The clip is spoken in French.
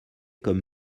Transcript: comme